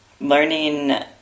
Learning